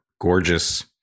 gorgeous